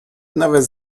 nawet